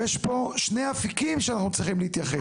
יש פה שני אפיקים שאנחנו צריכים להתייחס.